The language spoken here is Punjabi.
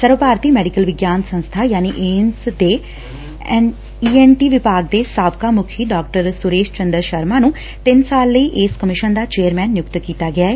ਸਰਵ ਭਾਰਤੀ ਮੈਡੀਕਲ ਵਿਗਿਆਨ ਸੰਸਥਾਨ ਯਾਨੀ ਏਮਜ਼ ਦੇ ਈ ਐਨ ਟੀ ਵਿਭਾਗ ਦੇ ਸਾਬਕਾ ਮੁੱਖੀ ਡਾ ਸੁਰੇਸ਼ ਚੰਦਰ ਸ਼ਰਮਾ ਨੂੰ ਤਿੰਨ ਸਾਲ ਲਈ ਇਸ ਕਮਿਸ਼ਨ ਦਾ ਚੇਅਰਸੈਨ ਨਿਯੁਕਤ ਕੀਤਾ ਗਿਆ ਏ